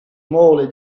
mole